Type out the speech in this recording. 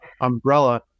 umbrella